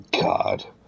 God